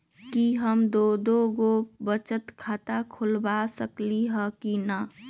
कि हम दो दो गो बचत खाता खोलबा सकली ह की न?